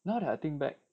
now that I think back